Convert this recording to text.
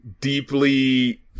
deeply